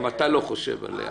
גם אתה לא חושב עליה.